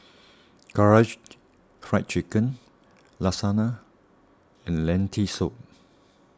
Karaage Fried Chicken Lasagne and Lentil Soup